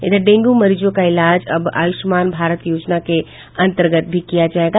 इधर डेंगू मरीजों का इलाज अब आयुष्मान भारत योजना के अन्तर्गत भी किया जायेगा